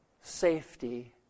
safety